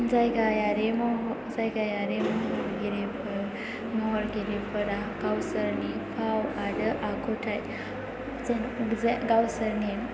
जायगायारि महरगिरिफोरा गावसोरनि फाव आरो आखुथाइजों गावसोरनि